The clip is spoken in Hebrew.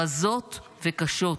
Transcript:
רזות וקשות,